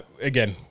again